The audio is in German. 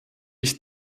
ich